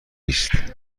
است